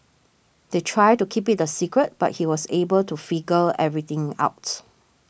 they tried to keep it a secret but he was able to figure everything out